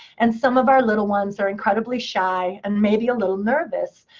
and some of our little ones are incredibly shy, and maybe a little nervous.